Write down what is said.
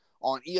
On